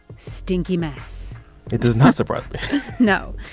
stinky mess it does not surprise me no.